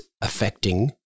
affecting